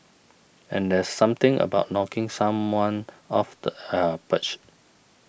and there's something about knocking someone off their perch